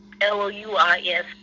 L-O-U-I-S